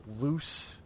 loose